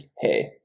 hey